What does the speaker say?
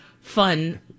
fun